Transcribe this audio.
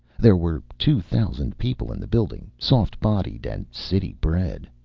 there were two thousand people in the building, soft-bodied and city-bred.